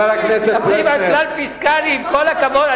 יש עוד צרכים פוליטיים, חבר הכנסת פלסנר.